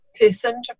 person